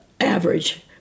average